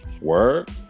Word